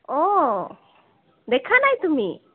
অঁ দেখা নাই তুমি